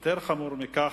יותר חמור מכך,